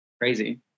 crazy